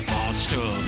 Monster